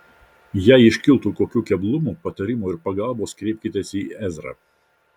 jei iškiltų kokių keblumų patarimo ir pagalbos kreipkitės į ezrą